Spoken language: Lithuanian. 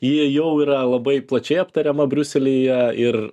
ji jau yra labai plačiai aptariama briuselyje ir